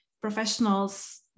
professionals